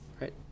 right